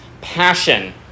passion